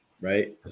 Right